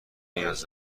نیاز